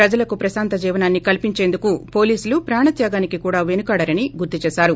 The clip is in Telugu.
ప్రజలకు ప్రశాంత జీవనాన్ని కల్పించేందుకు పోలీసులు ప్రాణత్యాగానికి కూడా పెనకాడరని గుర్తు చేశారు